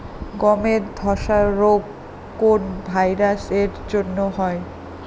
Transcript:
গমের ধসা রোগ কোন ভাইরাস এর জন্য হয়?